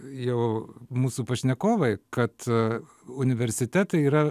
jau mūsų pašnekovai kad a universitetai yra